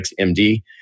MD